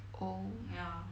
oh